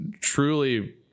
truly